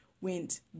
went